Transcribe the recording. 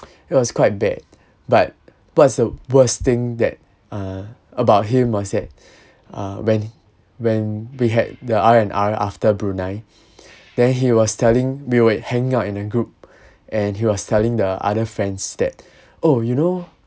it was quite bad but what's the worst thing that uh about him was that uh when when we had the R_N_R after brunei then he was telling we were hanging out in a group and he was telling the other friends that oh you know